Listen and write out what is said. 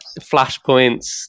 flashpoints